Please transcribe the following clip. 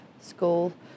School